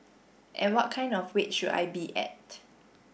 and what kind of weight should I be at